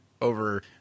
over